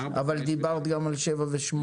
אבל דיברת גם על 7 ו-8.